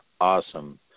awesome